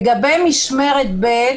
לגבי משמרת ב',